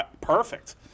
perfect